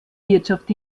wirtschaft